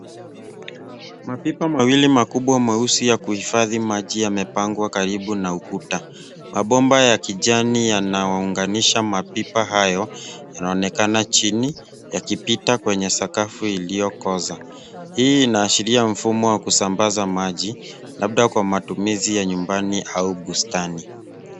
Mapipa mawili makubwa meusi ya kuhifadhi maji yamepangwa karibu na ukuta. Mabomba ya kijani yanayounganisha mapipa hayo yanaonekana chini yakipita kwenye sakafu iliyokoza. Hii inaashiria mfumo wa kusambaza maji, labda kwa matumizi ya nyumbani au bustani.